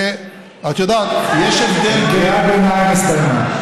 את יודעת, יש הבדל בין, קריאת הביניים הסתיימה.